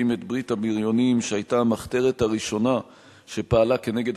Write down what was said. הקים את "ברית הבריונים" שהיתה המחתרת הראשונה שפעלה כנגד